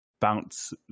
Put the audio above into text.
bounce